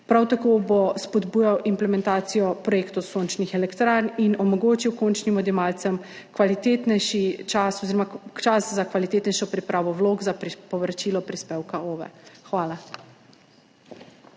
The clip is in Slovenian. Prav tako bo spodbujal implementacijo projektov sončnih elektrarn in omogočil končnim odjemalcem čas za kvalitetnejšo pripravo vlog za povračilo prispevka OVE. Hvala.